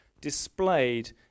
displayed